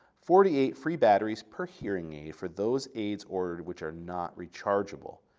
forty eight free batteries per hearing aid for those aids ordered which are not rechargeable,